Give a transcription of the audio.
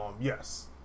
yes